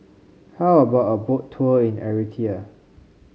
how about a Boat Tour in Eritrea